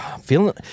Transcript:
Feeling